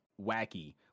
wacky